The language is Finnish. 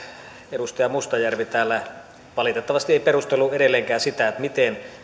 edustaja mustajärvi täällä valitettavasti ei edelleenkään perustellut sitä miten